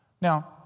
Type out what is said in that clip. Now